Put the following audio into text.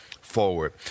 forward